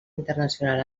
internacional